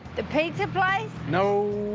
the pizza place? no!